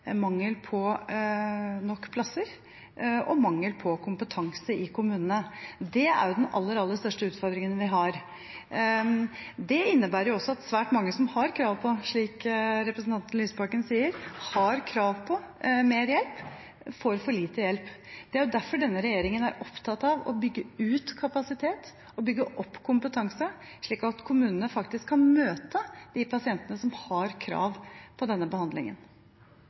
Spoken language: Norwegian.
mangel på nok plasser og mangel på kompetanse i kommunene. Det er den aller, aller største utfordringen vi har. Det innebærer også at svært mange som har krav på – som representanten Lysbakken sier – mer hjelp, får for lite hjelp. Det er derfor denne regjeringen er opptatt av å bygge ut kapasitet og bygge opp kompetanse, slik at kommunene kan møte de pasientene som har krav på denne behandlingen.